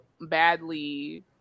badly